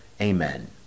Amen